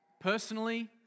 personally